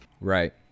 Right